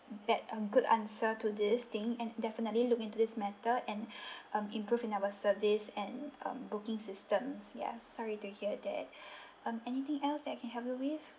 bad uh good answer to this thing and definitely look into this matter and um improve in our service and um booking systems ya so sorry to hear that um anything else that I can help you with